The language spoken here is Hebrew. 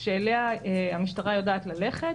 שאליה המשטרה יודעת ללכת,